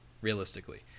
realistically